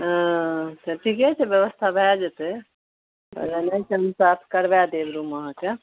ओ तऽ ठीके छै व्यवस्था भए जेतै अयबै तऽ हम साफ करबाए देब रूम अहाँके